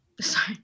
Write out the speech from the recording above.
Sorry